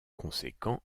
conséquent